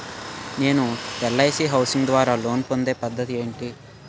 నేను LIC housing ద్వారా loan పొందే పద్ధతి ఏంటి?